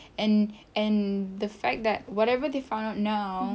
and and the fact that whatever they found out now